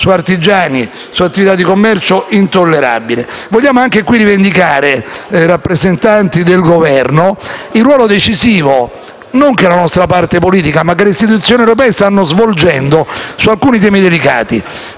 su artigiani e su attività di commercio. Vogliamo inoltre rivendicare nei confronti dei rappresentanti del Governo il ruolo decisivo, non che la nostra parte politica ma che le istituzioni europee stanno svolgendo su alcuni temi delicati: